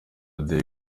day